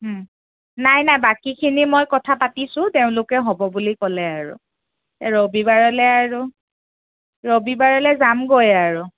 নাই নাই বাকীখিনি মই কথা পাতিছোঁ তেওঁলোকে হ'ব বুলি ক'লে আৰু ৰবিবাৰলৈ আৰু ৰবিবাৰলৈ যামগৈ আৰু